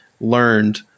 learned